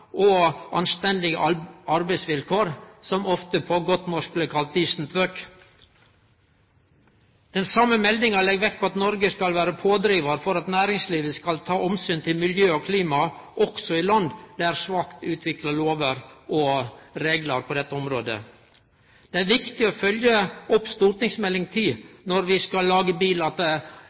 og anstendige arbeidsvilkår, som ofte på godt norsk blir kalt «decent work». Den same meldinga legg vekt på at Noreg skal vere ein pådrivar for at næringslivet skal ta omsyn til miljø og klima også i land som har svakt utvikla lover og reglar på dette området. Det er viktig å følgje opp St.meld. nr. 10 når vi skal lage bilaterale handelsavtaler, at